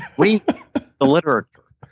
read the literature.